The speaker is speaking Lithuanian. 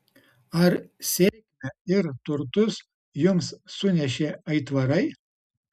ar sėkmę ir turtus jums sunešė aitvarai